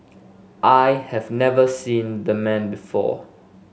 I have never seen the man before